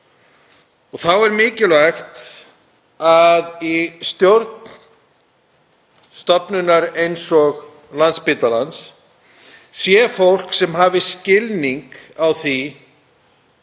og þá er mikilvægt að í stjórn stofnunar eins og Landspítalans sé fólk sem hafi skilning á því